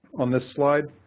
on this slide.